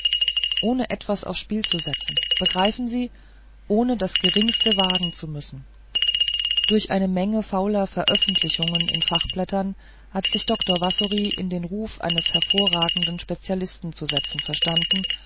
ohne etwas aufs spiel zu setzen begreifen sie ohne das geringste wagen zu müssen durch eine menge fauler veröffentlichungen in fachblättern hatte sich dr wassory in den ruf eines hervorragenden spezialisten zu setzen verstanden